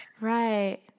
Right